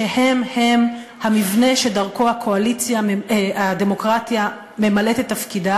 שהם-הם המבנה שדרכו הדמוקרטיה ממלאת את תפקידה